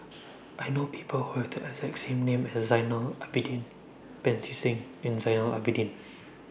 I know People Who Have The exact name as Zainal Abidin Pancy Seng and Zainal Abidin